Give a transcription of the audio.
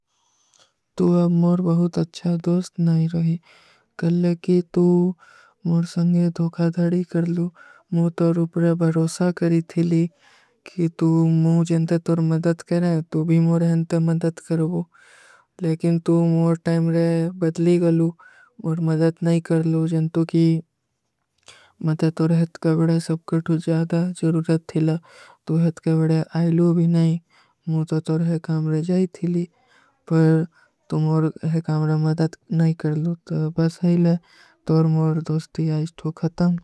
ତୂ ଅବ ମୁର ବହୁତ ଅଚ୍ଛା ଦୋସ୍ତ ନହୀଂ ରହୀ। କଲ କି ତୂ ମୁର ସଂଗେ ଧୋଖାଧାରୀ କର ଲୂ। ମୁର ତୋର ଉପରେ ବହରୋସା କରୀ ଥୀ ଲୀ କି ତୂ ମୁଝେଂଦେ ତୋର ମଦଦ କରେଂ, ତୂ ଭୀ ମୁରେଂଦେ ମଦଦ କରୋ। ଲେକିନ ତୂ ମୁର ଟାଇମରେ ବଦଲୀ ଗଲୂ ଔର ମଦଦ ନହୀଂ କର ଲୂ। ଜନତୋଂ କି ମୁଝେ ତୁର ହିତକେ ବଡେ ସବକେ ତୁଝ ଜ୍ଯାଦା ଜରୂରତ ଥୀଲା। ତୂ ହିତକେ ବଡେ ଆଯଲୂ ଭୀ ନହୀଂ, ମୁଝେ ତୁର ହିକାମରେ ଜାଈ ଥୀଲୀ। ପର ତୁମ୍ହୋର ହିକାମରେ ମଦଦ ନହୀଂ କର ଲୂ, ତୋ ବସ ହୈଲେ ତୁର ମୁର ଦୋସ୍ତୀ ଆଈସ୍ଟ ହୋ ଖତମ।